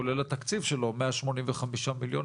כולל התקציב שלו מאה שמונים וחמישה מיליון,